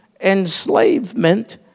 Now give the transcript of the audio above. enslavement